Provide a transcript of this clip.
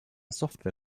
software